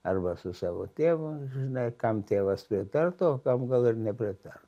arba su savo tėvu žinai kam tėvas pritartų o kam gal ir nepritar